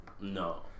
No